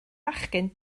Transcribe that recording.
fachgen